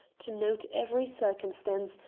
to note every circumstance,